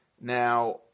Now